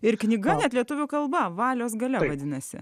ir knyga net lietuvių kalba valios galia vadinasi